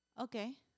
Okay